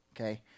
okay